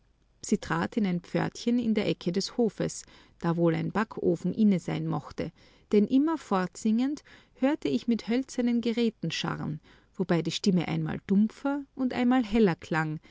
in ein pförtchen in der ecke des hofes da wohl ein backofen inne sein mochte denn immer fortsingend hörte ich mit hölzernen geräten scharren wobei die stimme einmal dumpfer und einmal heller klang